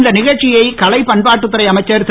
இந்த நிகழ்ச்சியை கலை பண்பாட்டுத்துறை அமைச்சர் திரு